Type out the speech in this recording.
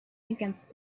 against